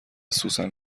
سوسن